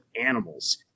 animals